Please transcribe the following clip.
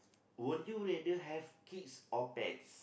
will you rather have kids or pets